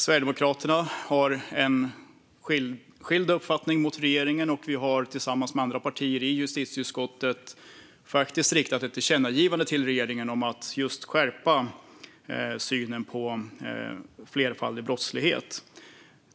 Sverigedemokraternas uppfattning skiljer sig från regeringens, och vi har tillsammans med andra partier i justitieutskottet riktat ett tillkännagivande till regeringen om att skärpa synen på flerfaldig brottslighet.